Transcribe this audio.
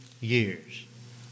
years